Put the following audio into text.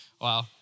Wow